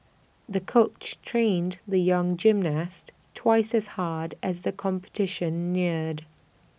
the coach trained the young gymnast twice as hard as the competition neared